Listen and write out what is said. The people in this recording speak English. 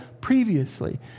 previously